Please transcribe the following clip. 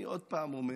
אני עוד פעם אומר: